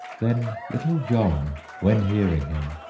then little john, when hearing him,